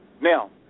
Now